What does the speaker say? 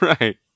Right